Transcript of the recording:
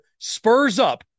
SPURSUP